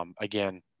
Again